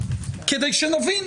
כדי שנבין.